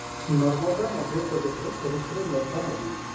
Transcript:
ନର୍ମଦା ମଧ୍ୟପ୍ରଦେଶର ସବୁଠାରୁ ଲମ୍ବା ନଦୀ